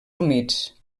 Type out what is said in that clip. humits